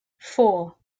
four